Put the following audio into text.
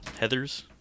Heathers